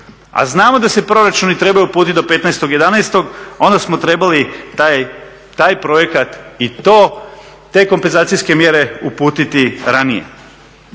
a znamo da se proračuni trebaju uputiti do 15.11.onda smo trebali taj projekat i te kompenzacijske mjere uputiti ranije.